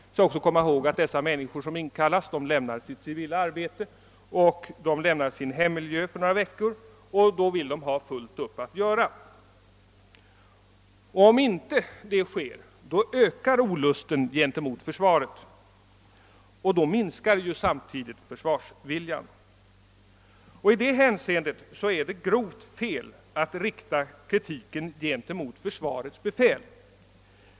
Vi skall också komma ihåg att då de människor som inkallas lämnar sitt civila arbete och sin hemmiljö för några veckor vill de ha fullt upp att göra. Annars ökar olusten gentemot =<försvaret. Försvarsviljan minskar. I detta hänsende är det helt fel att rikta kritik mot försvarets befäl.